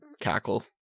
cackle